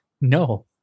No